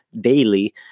daily